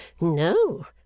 No